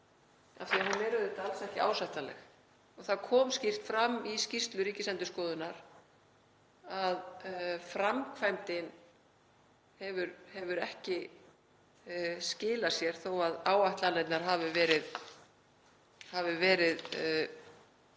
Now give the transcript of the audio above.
af því að hún er alls ekki ásættanleg. Það kom skýrt fram í skýrslu Ríkisendurskoðunar að framkvæmdin hefur ekki skilað sér. Þó að áætlanirnar hafi verið